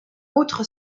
outre